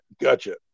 Gotcha